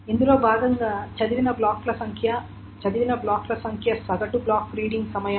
ఇందులో భాగంగా చదివిన బ్లాక్ల సంఖ్య చదివిన బ్లాక్ల సంఖ్య సగటు బ్లాక్ రీడింగ్ సమయం